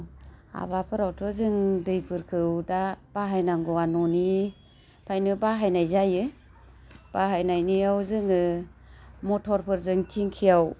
हाबाफोरावथ' जों दैफोरखौ दा बाहायनांगौआ न'निफ्रायनो बाहायनाय जायो बाहायनायनियाव जोङो मथरफोरजों थिंखियाव